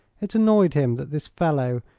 it annoyed him that this fellow,